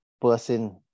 person